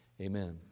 Amen